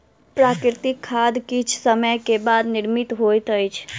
प्राकृतिक खाद किछ समय के बाद निर्मित होइत अछि